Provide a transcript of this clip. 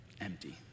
empty